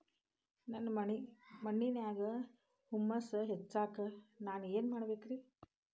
ನನ್ನ ಮಣ್ಣಿನ್ಯಾಗ್ ಹುಮ್ಯೂಸ್ ಹೆಚ್ಚಾಕ್ ನಾನ್ ಏನು ಮಾಡ್ಬೇಕ್?